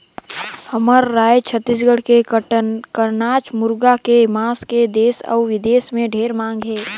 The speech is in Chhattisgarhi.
हमर रायज छत्तीसगढ़ के कड़कनाथ मुरगा के मांस के देस अउ बिदेस में ढेरे मांग हे